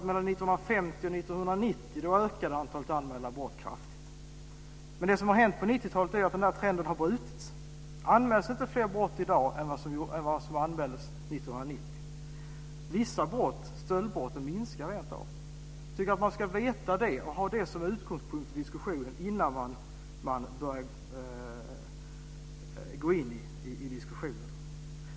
Mellan Men det som har hänt på 90-talet är att den trenden har brutits. Det anmäls inte fler brott i dag än som anmäldes 1990. Vissa brott, stöldbrotten, minskar rentav. Jag tycker att man ska veta det och ha det som utgångspunkt i diskussionen.